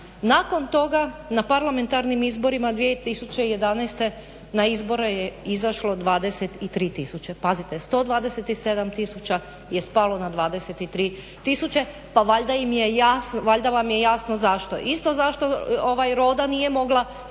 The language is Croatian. Nakon toga, na parlamentarnim izborima 2011. na izbore je izašlo 23 000, pazite 127 000 je spalo na 23 000, pa valjda im je jasno, pa valjda vam je jasno zašto. Isto zašto ovaj roda nije mogla